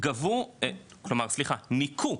ניכוי